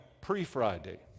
Pre-Friday